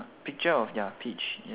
picture of ya peach